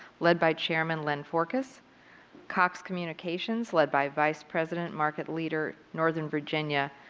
led by chairman len forkas cox communications, led by vice president, market leader, northern virginia,